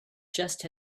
just